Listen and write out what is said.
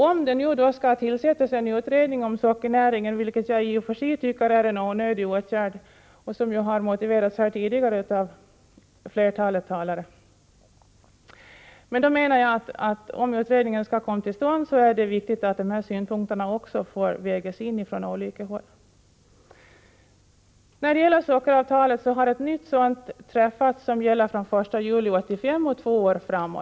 Om det skall tillsättas en utredning om sockernäringen — vilket jag i och för sig tycker är en onödig åtgärd, som har motiverats tidigare av flera talare här — måste dessa synpunkter från olika håll vägas in. Ett nytt sockeravtal har träffats som gäller från den 1 juli 1985 och två år framåt.